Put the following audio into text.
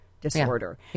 disorder